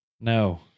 No